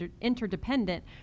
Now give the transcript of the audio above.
interdependent